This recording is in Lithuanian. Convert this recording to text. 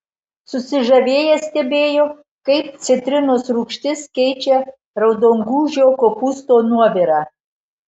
susižavėję stebėjo kaip citrinos rūgštis keičia raudongūžio kopūsto nuovirą